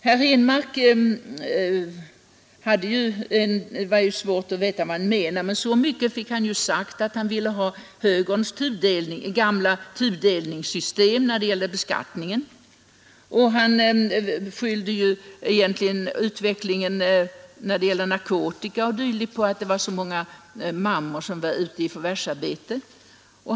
Det var svårt att veta vad herr Henmark egentligen menade, men så mycket fick han i alla fall sagt som att han vill ha högerns gamla tudelningssystem när det gäller beskattningen. Och vad beträffar bruket av narkotika skyllde han närmast utvecklingen på att så många mödrar nu var ute i förvärvsarbete.